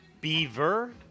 Beaver